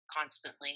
constantly